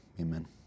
Amen